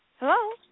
Hello